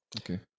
Okay